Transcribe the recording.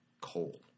coal